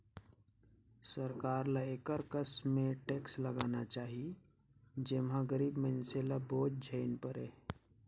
सरकार ल एकर कस में टेक्स लगाना चाही जेम्हां गरीब मइनसे ल बोझ झेइन परे